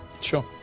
sure